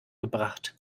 gebracht